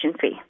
fee